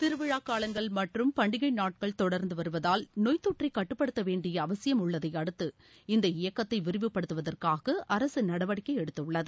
திருவிழாக்காலங்கள் பண்டிகை நாட்களும் தொடர்ந்து வரவதால் நோய்த் தொற்றைக் கட்டுப்படுத்த வேண்டிய் அவசியம் உள்ளதையடுத்து இந்த இயக்கத்தை விரிவுபடுத்துவதற்காக அரசு நடவடிக்கை எடுத்துள்ளது